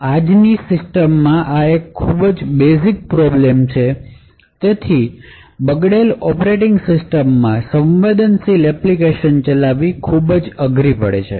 આજની સિસ્ટમ માં આ એક ખૂબ જ બેઝિક પ્રોબ્લેમ છે તેથી બગડેલ ઓપરેટિંગ સિસ્ટમ માં સંવેદનશીલ એપ્લિકેશન ચલાવવી ખૂબ જ અઘરું છે